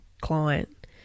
client